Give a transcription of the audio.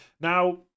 now